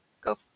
go